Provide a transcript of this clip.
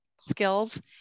skills